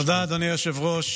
תודה, אדוני היושב-ראש.